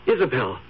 Isabel